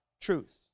truth